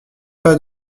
pas